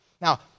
Now